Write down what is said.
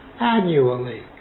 annually